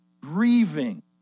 Grieving